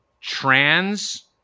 trans